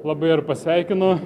labai ir pasveikino